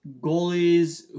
goalies